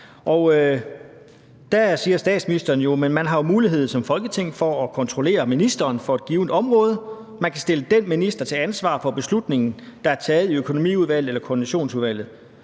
Da sagde statsministeren jo: » Folketinget har muligheden for at kontrollere ministeren for et givent område, og stille dén minister til ansvar for beslutningen, der er taget i økonomiudvalget eller koordinationsudvalget.